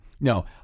No